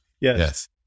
Yes